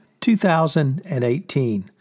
2018